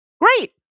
Great